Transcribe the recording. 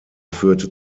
führte